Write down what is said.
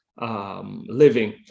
living